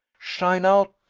shine out,